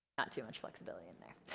not too much flexibility in there.